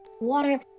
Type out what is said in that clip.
water